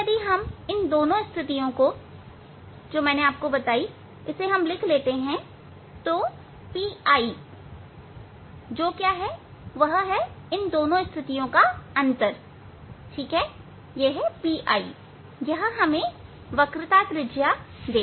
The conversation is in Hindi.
अगर हम यह दोनों स्थितियां लिख लेते हैं तो PI जो इन दो स्थितियों का अंतर है यही हमें वक्रता त्रिज्या देगा